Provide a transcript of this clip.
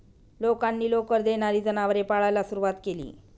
लोकांनी लोकर देणारी जनावरे पाळायला सुरवात केली